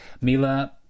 Mila